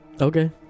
Okay